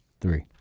three